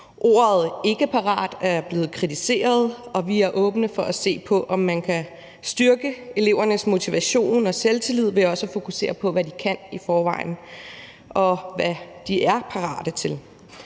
Ordet ikkeparat er blevet kritiseret, og vi er åbne over for at se på, om man kan styrke elevernes motivation og selvtillid ved også at fokusere på, hvad de kan i forvejen, og hvad de er parate til.